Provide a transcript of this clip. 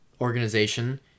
organization